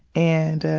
and, ah,